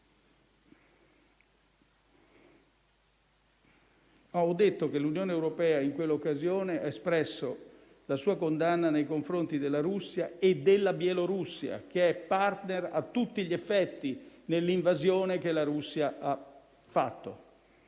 ho detto, l'Unione europea in tale occasione ha espresso la sua condanna nei confronti della Russia e della Bielorussia, che è *partner* a tutti gli effetti nell'invasione che la Russia ha fatto.